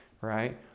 right